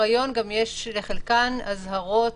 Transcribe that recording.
לחלקן יש גם אזהרות